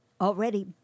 already